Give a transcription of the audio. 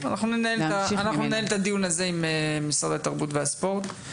אנחנו ננהל את הדיון הזה עם משרד התרבות והספורט.